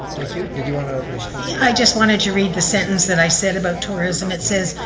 thank you, did you want to respond? yeah, i just wanted to read the sentence that i said about tourism, it says,